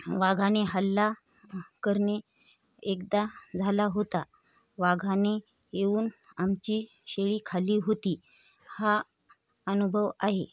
वाघाने हल्ला करणे एकदा झाला होता वाघाने येऊन आमची शेळी खाली होती हा अनुभव आहे